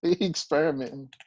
Experimenting